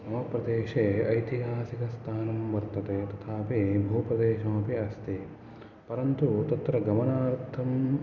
मम प्रदेशे ऐतिहासिकस्थानं वर्तते तथापि भूप्रदेशमपि अस्ति परन्तु तत्र गमनार्थम्